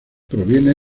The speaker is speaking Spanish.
proviene